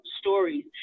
stories